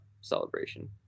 celebration